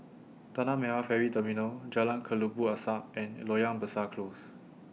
Tanah Merah Ferry Terminal Jalan Kelabu Asap and Loyang Besar Close